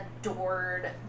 adored